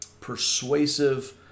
persuasive